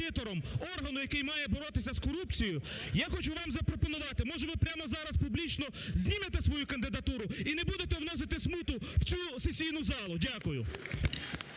органу, який має боротися з корупцією, - я хочу вам запропонувати, може, ви прямо зараз, публічно знімете свою кандидатуру – і не будете вносити смуту в цю сесійну залу? Дякую.